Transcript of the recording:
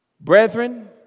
Brethren